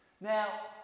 Now